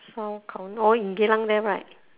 烧烤 orh in geylang there right